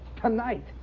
Tonight